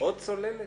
עוד צוללת?